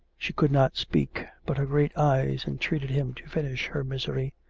she could not speak, but her great eyes entreated him to finish her misery.